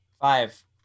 Five